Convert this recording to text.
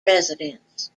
residents